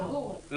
לא.